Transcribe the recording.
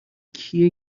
کیه